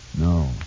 No